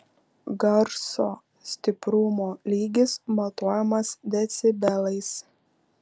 garso stiprumo lygis matuojamas decibelais